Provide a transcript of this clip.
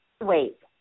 wait